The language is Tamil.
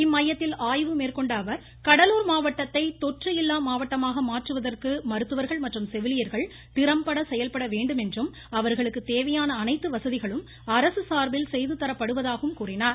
இம்மையத்தில் ஆய்வு மேற்கொண்ட அவர் கடலூர் மாவட்டத்தை தொற்று இல்லா மாவட்டமாக மாற்றுவதற்கு மருத்துவர்கள் மற்றும் செவிலியர்கள் திறம்பட செயல்பட வேண்டுமென்றும் அவர்களுக்கு தேவையான அனைத்து வசதிகளும் அரசு சார்பில் செய்து தரப்படுவதாகவும் கூறினார்